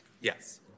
Yes